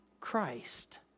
Christ